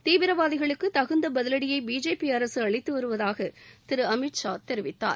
தீவிரவாதிகளுக்கு தகுந்த பதிவடியை பிஜேபி அரசு அளித்து வருவதாக திரு அமித் ஷா தெரிவித்தார்